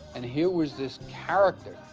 and here was this character,